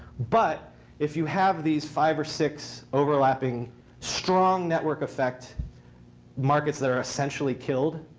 but if you have these five or six overlapping strong network effect markets that are essentially killed,